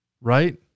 Right